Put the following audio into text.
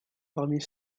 parmi